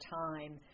time